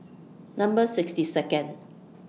Number sixty Second